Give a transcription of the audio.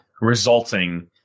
resulting